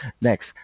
next